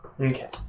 Okay